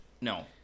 no